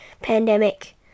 Pandemic